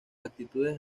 actitudes